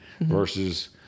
versus